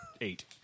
Eight